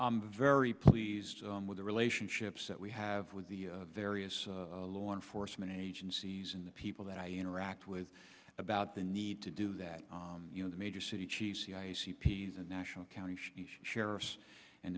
i'm very pleased with the relationships that we have with the various law enforcement agencies and the people that i interact with about the need to do that you know the major city chiefs c p s and national county sheriffs and